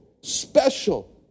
special